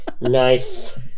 Nice